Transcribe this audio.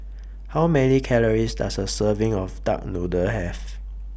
How Many Calories Does A Serving of Duck Noodle Have